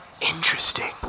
Interesting